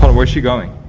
on, where's she going?